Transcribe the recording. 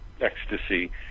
ecstasy